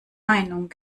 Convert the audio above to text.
meinung